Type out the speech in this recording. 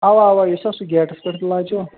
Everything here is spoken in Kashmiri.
اوہ اوہ یُس نا سُہ گیٹس پٮ۪ٹھ لاجو